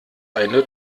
eine